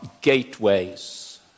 gateways